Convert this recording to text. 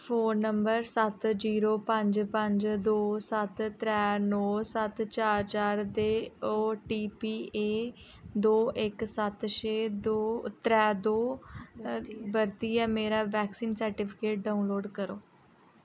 phone number सत्त zero पंज पंज दो सत्त त्रै नौ सत्त चार चार ओटीपी ऐ दो इक सत्त छे त्रै दो बरतियै मेरा वैक्सीन सर्टिफिकेट डाउनलोड करो